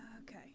Okay